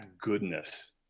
goodness